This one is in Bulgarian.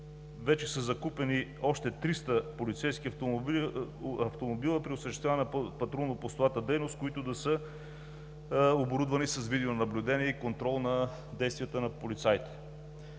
вече са закупени още 300 полицейски автомобила при осъществяване на патрулно-постовата дейност, които да са оборудвани с видеонаблюдение и контрол на действията на полицаите.